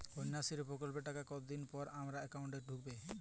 কন্যাশ্রী প্রকল্পের টাকা কতদিন পর আমার অ্যাকাউন্ট এ ঢুকবে?